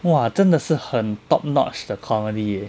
!wah! 真的是很 top notch 的 comedy leh